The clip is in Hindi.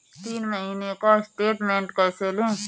तीन महीने का स्टेटमेंट कैसे लें?